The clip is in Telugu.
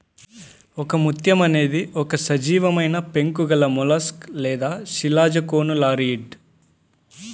ఒకముత్యం అనేది ఒక సజీవమైనపెంకు గలమొలస్క్ లేదా శిలాజకోనులారియిడ్